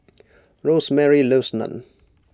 Rosemary loves Naan